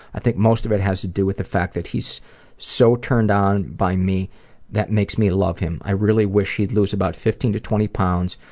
i think most of it has to do with the fact that he's so turned on by me that makes me love him. i really wish he'd lose about fifteen to twenty pounds,